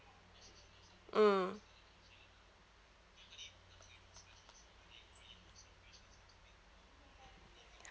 mm